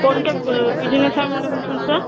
कोणत्या बिजनेस आहे मॅडम तुमचं